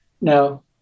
Now